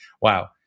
Wow